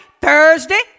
Thursday